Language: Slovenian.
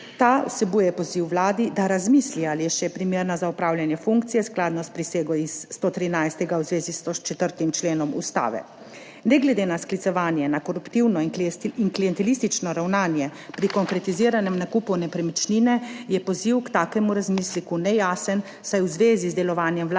Ta vsebuje poziv Vladi, da razmisli ali je še primerna za opravljanje funkcije skladno s prisego iz 113 v zvezi s 104. členom Ustave. Ne glede na sklicevanje na koruptivno in klientelistično ravnanje pri konkretiziranem nakupu nepremičnine, je poziv k takemu razmisleku nejasen, saj v zvezi z delovanjem Vlade